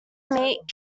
meat